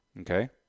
Okay